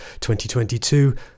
2022